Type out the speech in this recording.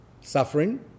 suffering